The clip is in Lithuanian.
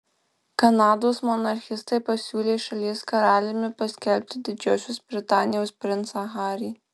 kanados monarchistai pasiūlė šalies karaliumi paskelbti didžiosios britanijos princą harį